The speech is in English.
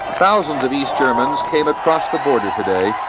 thousands of east germans came across the border today,